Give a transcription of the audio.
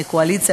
מהקואליציה,